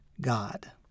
God